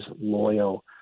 loyal